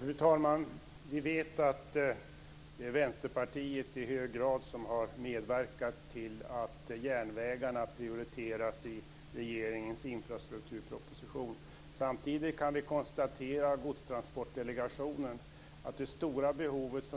Fru talman! Vi vet att Vänsterpartiet i hög grad har medverkat till att järnvägarna prioriteras i regeringens infrastrukturproposition. Samtidigt kan vi konstatera av Godstransportdelegationen att